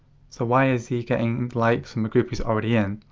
so why is he getting likes from a group he's already in?